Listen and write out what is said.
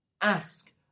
Ask